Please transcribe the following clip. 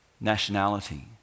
nationality